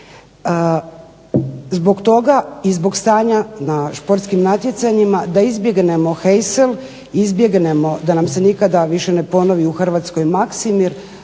Zbog toga i zbog stanja na sportskim natjecanjima da izbjegnemo Heisel da izbjegnemo da nam se nikada više ne ponovi u Hrvatskoj Maksimir